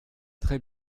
très